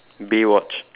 Baywatch